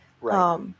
Right